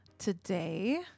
Today